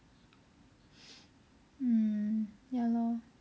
mm ya lor